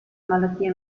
malattie